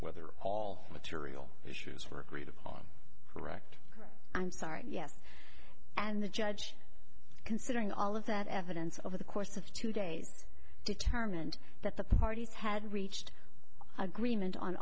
whether all material issues were agreed upon wrecked i'm sorry yes and the judge considering all of that evidence over the course of two days determined that the parties had reached agreement on